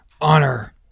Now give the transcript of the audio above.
honor